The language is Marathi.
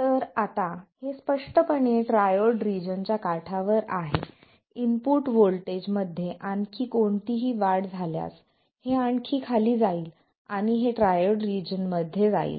तर आता हे स्पष्टपणे ट्रायोड रिजन च्या काठावर आहे इनपुट व्होल्टेजमध्ये आणखी कोणतीही वाढ झाल्यास हे आणखी खाली जाईल आणि हे ट्रायोड रिजन मध्ये जाईल